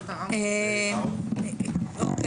כן.